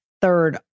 third